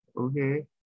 okay